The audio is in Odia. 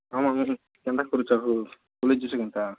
ଆମର୍ କେନ୍ତା କରୁଛ ହୋ କେନ୍ତା